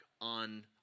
on